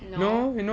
no